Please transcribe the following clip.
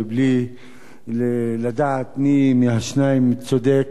ובלי לדעת מי מהשניים צודק